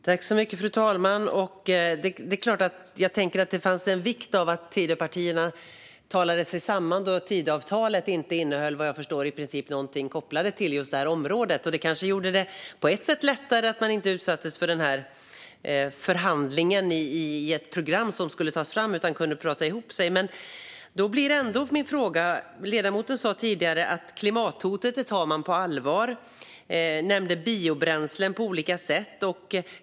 Fru talman! Det är klart att det var av vikt att Tidöpartierna talade sig samman eftersom Tidöavtalet, vad jag förstår, i princip inte innehöll någonting kopplat till just det här området. På ett sätt kanske det var lättare att inte utsättas för den här förhandlingen i ett program som skulle tas fram utan att man kunde prata ihop sig. Ledamoten sa tidigare att man tar klimathotet på allvar och nämnde biobränslen på olika sätt.